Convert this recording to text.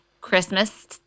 Christmas